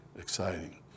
exciting